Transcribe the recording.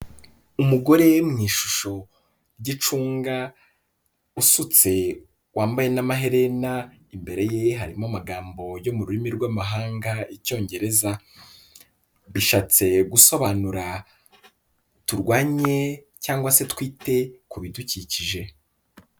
Umugore mu ishusho ry'icunga, usutse, wambaye n'amaherena, imbere ye harimo amagambo yo mu rurimi rw'amahanga Icyongereza. Bishatse gusobanura turwanye cyangwa se twite ku bidukikije.